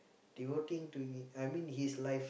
devoting to me I mean his life